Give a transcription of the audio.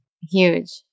Huge